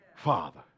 father